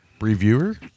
reviewer